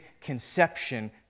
conception